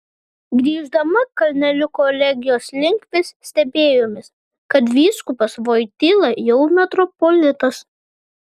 grįždami kalneliu kolegijos link vis stebėjomės kad vyskupas voityla jau metropolitas